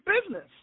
business